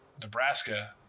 Nebraska